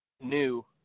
new